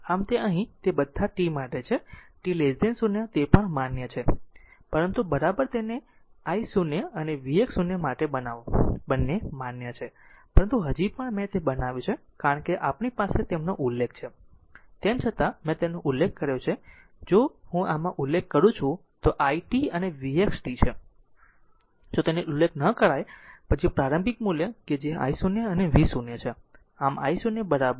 આમ તે અહીં તે બધા t માટે છે t 0 તે પણ તે માન્ય છે પરંતુ બરાબર તેને I0 અને vx 0 માટે બનાવો બંને માન્ય છે પરંતુ હજી પણ મેં તે બનાવ્યું છે કારણ કે આપણી પાસે તેમનો ઉલ્લેખ છે તેમ છતાં મેં તેનો ઉલ્લેખ કર્યો છે જો હું આમાં ઉલ્લેખ કરું છું તો i t અને vxt છે જો તેનો ઉલ્લેખ ન કરાય પછી પ્રારંભિક મૂલ્ય કે જે I0 અને v0 છે